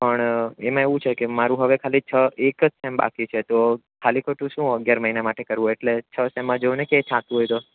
પણ એમાં એવું છે કે મારું હવે ખાલી છ એક જ સેમ બાકી છે તો ખાલી ખોટું શું અગિયાર મહિના માટે કરવું એટલે છ સેમમાં જુઓ ને કંઈ થતું હોય તો